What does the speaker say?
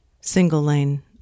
single-lane